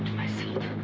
my seat.